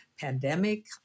pandemic